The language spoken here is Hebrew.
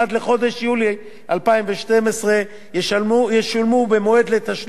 ישולמו במועד לתשלום קצבת חודש אוגוסט,